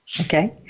Okay